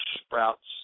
sprouts